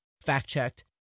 fact-checked